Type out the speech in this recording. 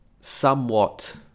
somewhat